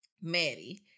maddie